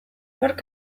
nork